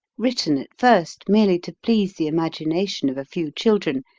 written at first merely to please the imagination of a few children,